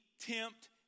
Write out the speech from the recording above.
tempt